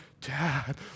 Dad